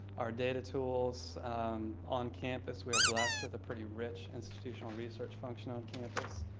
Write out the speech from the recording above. our data tools on campus, we're blessed with a pretty rich institutional research function on campus,